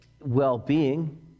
well-being